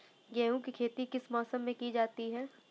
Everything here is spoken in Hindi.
गेहूँ की खेती किस मौसम में की जाती है?